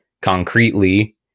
concretely